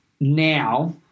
now